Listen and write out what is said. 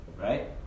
Right